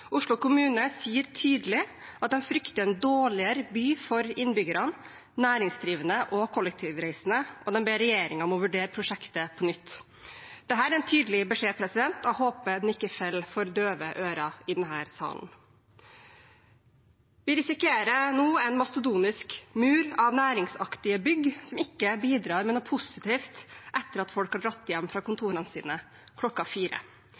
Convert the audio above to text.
Oslo kommune sier tydelig at de frykter en dårligere by for innbyggerne, næringsdrivende og kollektivreisende, og de ber regjeringen om å vurdere prosjektet på nytt. Dette er en tydelig beskjed, og jeg håper den ikke faller for døve ører i denne salen. Vi risikerer nå en mastodontisk mur av næringsaktige bygg, som ikke bidrar med noe positivt etter at folk har dratt hjem fra kontorene sine klokken fire.